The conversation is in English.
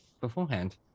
beforehand